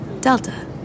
Delta